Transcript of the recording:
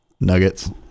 Nuggets